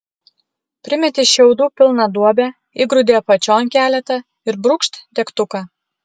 primeti šiaudų pilną duobę įgrūdi apačion keletą ir brūkšt degtuką